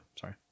sorry